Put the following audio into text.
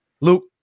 Luke